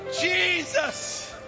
Jesus